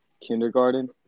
kindergarten